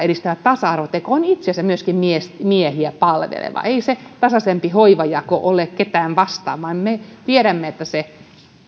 edistävä tasa arvoteko on itse asiassa myöskin miehiä palveleva ei se tasaisempi hoivajako ole ketään vastaan vaan me tiedämme että se